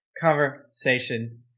conversation